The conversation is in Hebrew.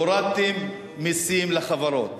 הורדתם מסים לחברות,